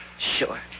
Sure